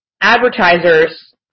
advertisers